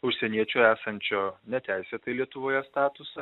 užsieniečio esančio neteisėtai lietuvoje statusą